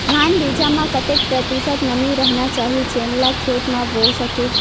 धान बीज म कतेक प्रतिशत नमी रहना चाही जेन ला खेत म बो सके?